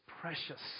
precious